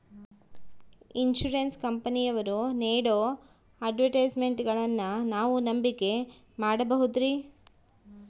Insurance ಕಂಪನಿಯವರು ನೇಡೋ ಅಡ್ವರ್ಟೈಸ್ಮೆಂಟ್ಗಳನ್ನು ನಾವು ನಂಬಿಕೆ ಮಾಡಬಹುದ್ರಿ?